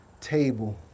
table